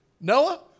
Noah